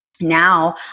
Now